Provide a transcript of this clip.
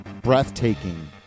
breathtaking